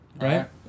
Right